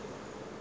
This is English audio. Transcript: mmhmm